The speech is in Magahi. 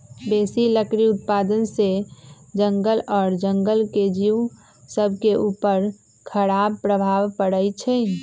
बेशी लकड़ी उत्पादन से जङगल आऽ जङ्गल के जिउ सभके उपर खड़ाप प्रभाव पड़इ छै